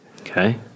Okay